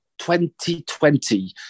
2020